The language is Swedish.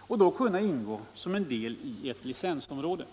och då kunna ingå som en del i ett licensområde.